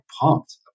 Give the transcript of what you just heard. pumped